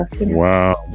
Wow